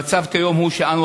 המצב כיום הוא שאנו,